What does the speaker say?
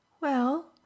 Well